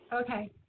Okay